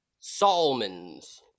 salmons